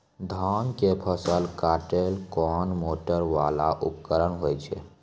धान के फसल काटैले कोन मोटरवाला उपकरण होय छै?